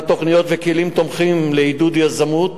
תוכניות וכלים תומכים לעידוד יזמות